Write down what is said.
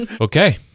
okay